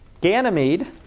Ganymede